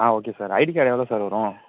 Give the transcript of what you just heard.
ஆ okay sir ID card எவ்வளோ sir வரும்